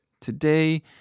Today